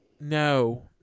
No